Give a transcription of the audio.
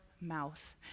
mouth